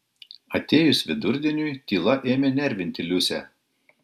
atėjus vidurdieniui tyla ėmė nervinti liusę